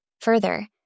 Further